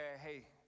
hey